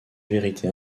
vérité